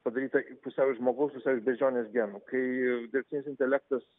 padarytą pusiau iš žmogaus pusiau iš beždžionės genų kai dirbtinis intelektas